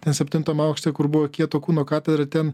ten septintam aukšte kur buvo kieto kūno katedra ten